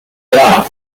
edad